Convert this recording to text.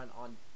on